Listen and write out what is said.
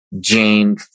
jane